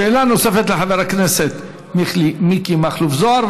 שאלה נוספת לחבר הכנסת מיקי מכלוף זוהר,